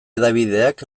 hedabideak